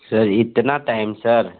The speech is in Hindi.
सर इतना टाइम सर